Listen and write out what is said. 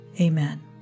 Amen